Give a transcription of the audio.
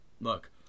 look